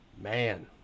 Man